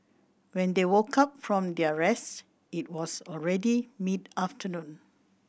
when they woke up from their rest it was already mid afternoon